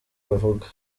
bavuga